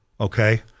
Okay